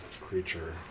creature